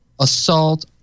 assault